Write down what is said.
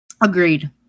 Agreed